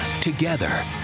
Together